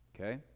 Okay